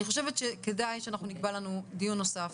אני חושבת שכדאי שאנחנו נקבע לנו דיון נוסף